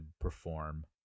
perform